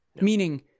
meaning